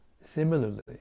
Similarly